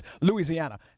Louisiana